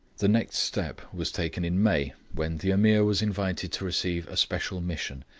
the next step was taken in may, when the ameer was invited to receive a special mission,